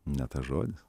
ne tas žodis